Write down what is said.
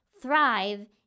thrive